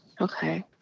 Okay